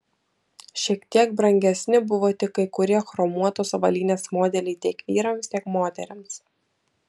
šiek tiek brangesni buvo tik kai kurie chromuotos avalynės modeliai tiek vyrams tiek moterims